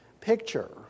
picture